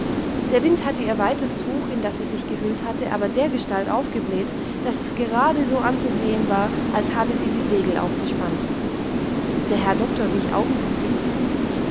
der wind hatte ihr weites tuch in das sie sich gehüllt hatte aber dergestalt aufgebläht daß es gerade so anzusehen war als habe sie die segel aufgespannt der herr doktor wich augenblicklich zurück